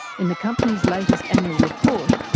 in the company's latest annual report,